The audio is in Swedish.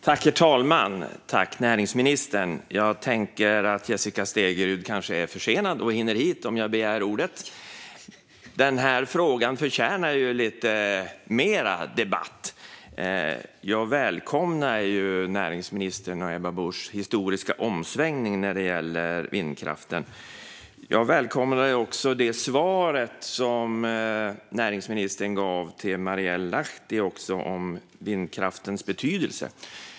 Herr talman! Tack, näringsministern! Jag tänker att Jessica Stegrud kanske är försenad och hinner hit om jag begär ordet. Den här frågan förtjänar lite mer debatt. Jag välkomnar näringsminister Ebba Busch historiska omsvängning när det gäller vindkraften. Jag välkomnar också det svar som näringsministern gav till Marielle Lahti om vindkraftens betydelse.